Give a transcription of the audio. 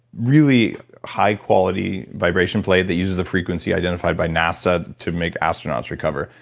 really high quality vibration plate that uses the frequency identified by nasa to make astronauts recover.